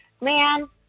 man